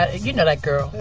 ah you know that girl